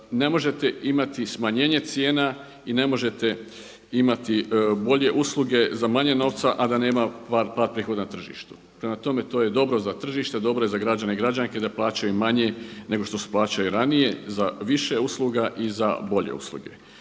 Ne možete imati smanjenje cijena i ne možete imati bolje usluge za manje novca, a da nema pad prihoda na tržištu. Prema tome, to je dobro za tržište, dobro je za građane i građanke da plaćaju manje nego što su plaćali ranije za više usluga i za bolje usluge.